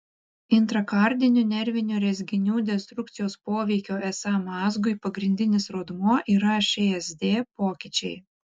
intrakardinių nervinių rezginių destrukcijos poveikio sa mazgui pagrindinis rodmuo yra šsd pokyčiai